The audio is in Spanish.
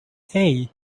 hey